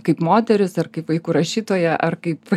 kaip moteris ar kaip vaikų rašytoja ar kaip